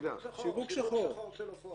שיווק שחור של עופות.